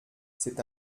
c’est